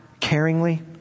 caringly